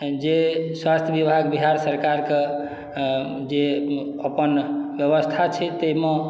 जे स्वास्थ विभाग बिहार सरकार के जे अपन व्यवस्था छै ताहिमे